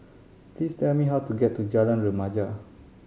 please tell me how to get to Jalan Remaja